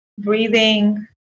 breathing